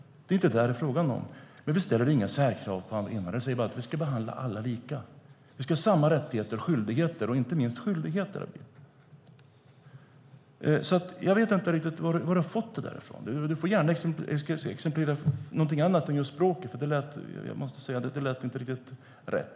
Det handlar inte om det. Vi ställer inga särkrav. Vi säger att vi ska behandla alla lika. Vi ska ha samma rättigheter och inte minst skyldigheter. Du får gärna exemplifiera med något annat än språket. Det lät inte riktigt rätt.